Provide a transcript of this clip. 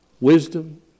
wisdom